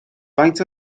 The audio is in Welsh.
faint